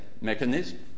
mechanism